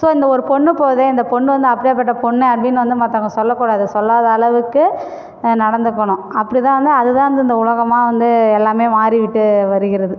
so இந்த ஒரு பொண்ணு போகுது இந்த பொண்ணு வந்து அப்டியாக பட்ட பொண்ணு அப்டின்னு வந்து மத்தவங்க சொல்ல கூடாது சொல்லாத அளவுக்கு நடந்துக்கணும் அப்டிதான் வந்து அதுதான் வந்து இந்த உலகமாக வந்து எல்லாம் மாறி விட்டு வருகிறது